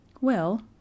Well